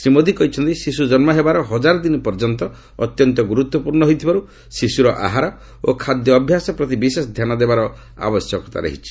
ଶ୍ରୀ ମୋଦି କହିଛନ୍ତି ଶିଶୁ ଜନ୍ମ ହେବାର ହଜାର ଦିନ ପର୍ଯ୍ୟନ୍ତ ଅତ୍ୟନ୍ତ ଗୁରୁତ୍ୱପୂର୍ଣ୍ଣ ହୋଇଥିବାରୁ ଶିଶୁର ଆହାର ଓ ଖାଦ୍ୟ ଅଭ୍ୟାସ ପ୍ରତି ବିଶେଷ ଧ୍ୟାନ ଦେବାର ଆବଶ୍ୟକତା ରହିଛି